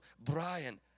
brian